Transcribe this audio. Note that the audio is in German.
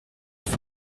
uns